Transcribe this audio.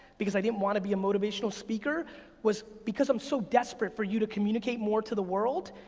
because i didn't wanna be a motivational speaker was because i'm so desperate for you to communicate more to the world.